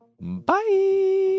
Bye